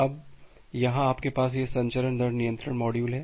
अब यहाँ आपके पास यह संचरण दर नियंत्रण मॉड्यूल है